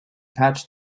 patch